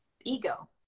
ego